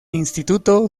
instituto